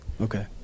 Okay